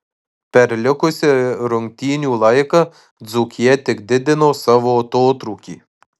per likusį rungtynių laiką dzūkija tik didino savo atotrūkį